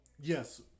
Yes